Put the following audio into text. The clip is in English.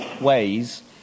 ways